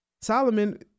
Solomon